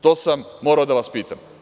To sam morao da vas pitam.